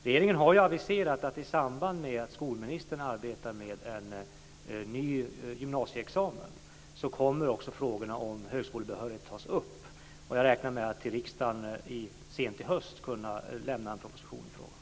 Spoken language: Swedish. Regeringen har ju aviserat att också frågorna om högskolebehörighet kommer att tas upp i samband med skolministerns arbete med en ny gymnasieexamen. Jag räknar med att till riksdagen sent i höst kunna lämna en proposition i frågan.